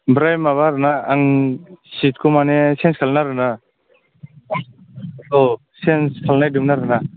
ओमफ्राय माबा आरोना आं सिटखौ माने चेन्ज खालामगोन आरोना औ सेन्ज खालामनो नागिरदोंमोन आरोना